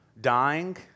dying